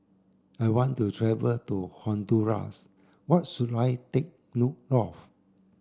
I want to travel to Honduras What should I take note of